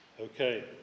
Okay